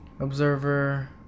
Observer